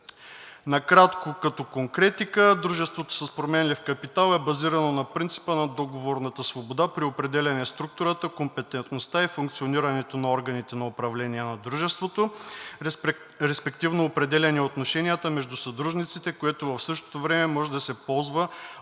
Накратко като конкретика, дружеството с променлив капитал е базирано на принципа на договорната свобода при определяне структурата, компетентността и функционирането на органите на управление на дружеството, респективно определяне отношенията между съдружниците, което в същото време може да се ползва